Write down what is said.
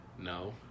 No